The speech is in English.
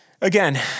Again